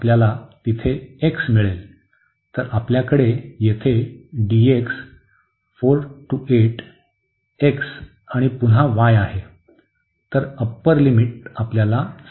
तर आपल्याकडे येथे dx 4 ते 8 x आणि पुन्हा y आहे